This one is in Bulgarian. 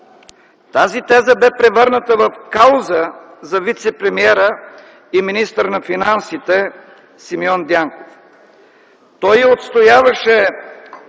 Тази теза бе превърната в кауза за вицепремиера и министър на финансите Симеон Дянков. Той я отстояваше